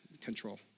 control